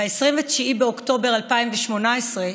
ב-29 באוקטובר 2018,